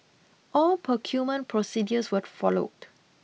all procurement procedures were followed